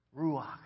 Ruach